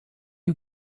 you